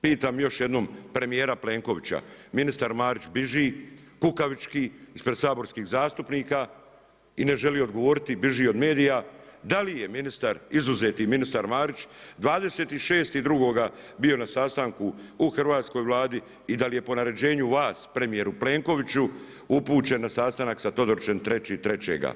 Pitam još jednom, primjera Plenkovića, ministar Marić bježi, kukavički, ispred saborskih zastupnika i ne želi odgovoriti, bježi od medija, da li je ministar, izuzeti ministar Marić 26.2. bio na sastanku u Hrvatskoj vladi i da li je po naređenju vas premjeru Plenkoviću upućen na sastanak sa Todorićem 3.3.